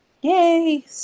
Yay